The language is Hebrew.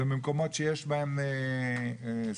ובמקומות שיש בהם סכנה,